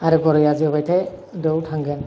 आरो गराया जोबाथाय दौ थांगोन